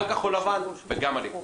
גם כחול לבן וגם הליכוד.